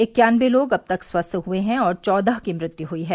इक्यानबे लोग अब तक स्वस्थ्य हुए हैं और चौदह की मृत्यु हुई है